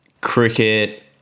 cricket